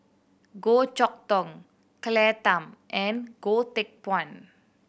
Goh Chok Tong Claire Tham and Goh Teck Phuan